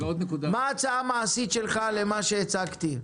מה ההצעה המעשית שלך למה שהצגתי?